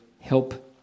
help